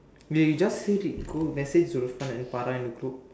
we we just say go let's say Zulfan and Farah in group